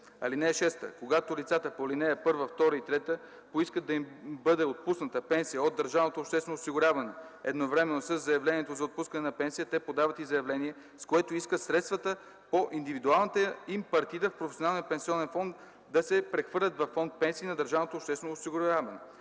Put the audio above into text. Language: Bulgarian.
6 и 7: „(6) Когато лицата по ал. 1, 2 и 3 поискат да им бъде отпусната пенсия от държавното обществено осигуряване, едновременно със заявлението за отпускане на пенсия те подават и заявление, с което искат средствата по индивидуалната им партида в професионалния пенсионен фонд да се прехвърлят във фонд „Пенсии” на държавното обществено осигуряване.